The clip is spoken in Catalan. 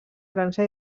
frança